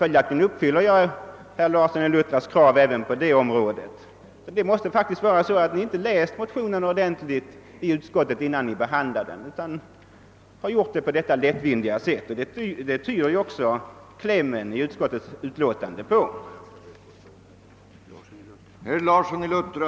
Följaktligen har jag uppfyllt herr Larssons i Luttra krav även på det området. Det måste vara så att utskottets ledamöter inte läst motionen ordentligt utan behandlat den på ett lättvindigt sätt. Även klämmen i utskottets utlåtande tyder på detta.